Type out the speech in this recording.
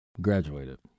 Graduated